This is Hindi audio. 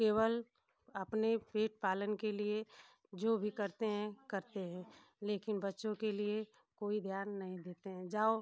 केवल अपने पेट पालन के लिए जो भी करते हैं करते हैं लेकिन बच्चों के लिए कोई ध्यान नही देते हैं जाओ